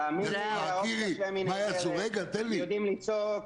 הם יודעים לצעוק.